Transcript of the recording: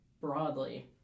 broadly